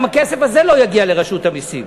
גם הכסף הזה לא יגיע לרשות המסים,